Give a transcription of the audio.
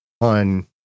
on